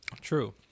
True